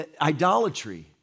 Idolatry